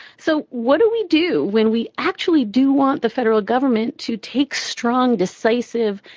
so what do we do when we actually do want the federal government to take strong, decisive,